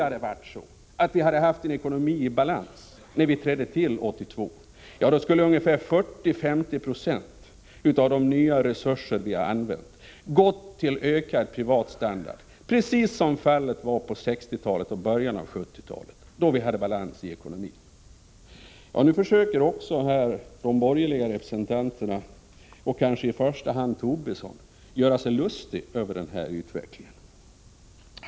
Hade vi haft en ekonomi i balans när vi trädde till 1982, skulle ungefär 40-50 96 av de nya resurserna ha gått till ökad privat standard, precis som fallet var på 1960-talet och i början av 1970-talet, då vi hade balans i ekonomin. Nu försöker de borgerliga representanterna, kanske i första hand Lars Tobisson, göra sig lustig över den här utvecklingen.